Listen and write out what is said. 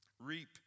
reap